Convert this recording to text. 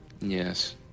Yes